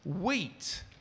wheat